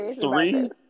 three